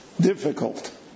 difficult